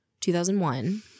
2001